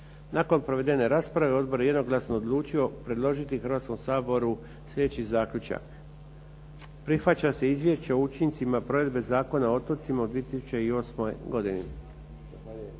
Nakon provedene rasprave odbor je jednoglasno odlučio predložiti Hrvatskom saboru sljedeći zaključak: Prihvaća se izvješće o učincima provedbe Zakona o otocima u 2008. godini.